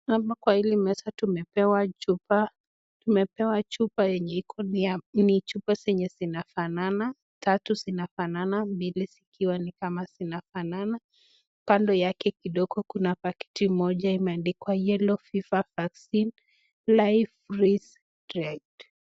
hapa kwa hili meza tumepewa chupa, tumepewa chupa, yenye iko ni chupa zenye zinafanana tatu zinafanana, mbili zikiwa ni kama zinafanana kando yake kidogo kuna pakiti moja kimeandikwa (cs)yellow fever vaccine Live Freeze-Dried(cs)